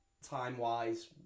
time-wise